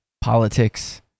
politics